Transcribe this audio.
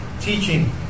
teaching